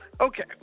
okay